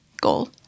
goal